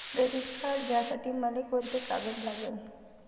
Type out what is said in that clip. Credit card घ्यासाठी मले कोंते कागद लागन?